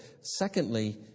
Secondly